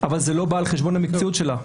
אבל זה לא בא על חשבון המקצועיות שלה.